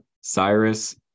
Cyrus